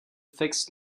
fixed